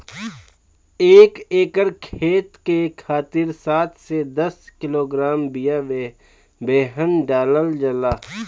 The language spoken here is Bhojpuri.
एक एकर खेत के खातिर सात से दस किलोग्राम बिया बेहन डालल जाला?